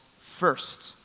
first